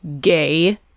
gay